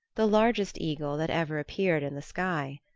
the largest eagle that ever appeared in the sky.